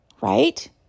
Right